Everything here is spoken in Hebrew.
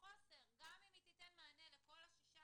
גם אם היא תיתן מענה לכל ה-16,